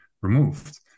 removed